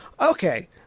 okay